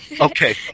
Okay